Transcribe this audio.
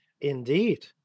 indeed